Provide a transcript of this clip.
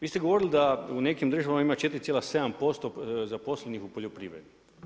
Vi ste govorili da u nekim državama ima 4,7% zaposlenih u poljoprivredi.